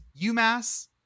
UMass